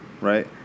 right